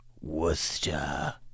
Worcester